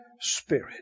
spirit